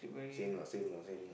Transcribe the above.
same lah same lah same lah